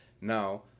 now